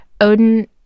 odin